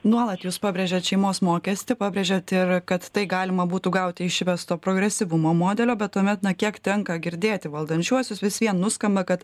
nuolat jūs pabrėžėt šeimos mokestį pabrėžėt ir kad tai galima būtų gauti iš įvesto progresyvumo modelio bet tuomet na kiek tenka girdėti valdančiuosius vis vien nuskamba kad